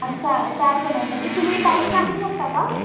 अच्छा चार जणांसाठी तुम्ही टाइम सांगू शकता का